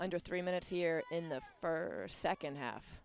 under three minutes here in the further second half